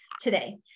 today